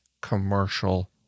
commercial